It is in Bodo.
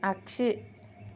आख्सि